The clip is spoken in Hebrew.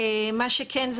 מה שכן,